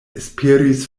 esperis